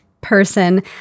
person